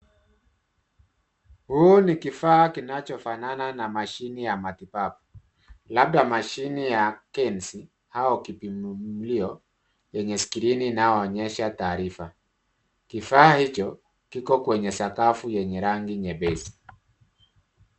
Huu ni kifaa kinachofanana na mashine ya matibabu. Labda mashine ya kensi au kipima mlio yenye skrini inayoonyesha taarifa. Kifaa hicho kiko kwenye sakafu yenye rangi nyepesi.